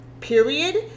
period